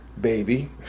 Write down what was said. baby